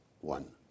one